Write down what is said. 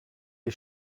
les